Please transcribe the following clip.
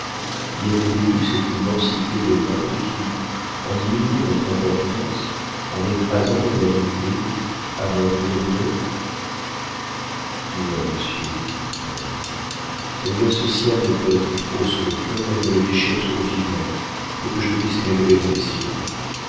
y avez-vous vu cette immensité de mondes qui en diminuant notre importance en écrasant nos vanités amoindrit nos douleurs non monsieur dit-elle les lois sociales me pèsent trop sur le cœur et me le déchirent trop vivement pour que je puisse m'élever dans les cieux